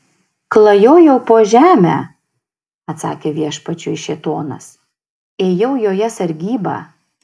klajojau po žemę atsakė viešpačiui šėtonas ėjau joje sargybą